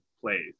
plays